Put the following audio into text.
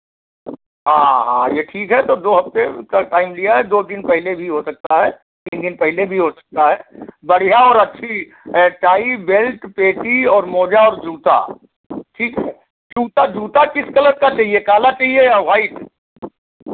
हाँ हाँ ये ठीक है तो दो हफ़्ते का टाइम दिया है दो दिन पहले भी हो सकता है तीन दिन पहले भी हो सकता है बढ़ियाँ और अच्छी टाई बेल्ट पेटी और मोजा और जूता ठीक है जूता जूता किस कलर का चाहिए काला चाहिए या व्हाइट